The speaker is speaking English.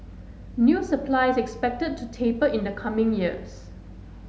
new supply is expected to taper in the coming years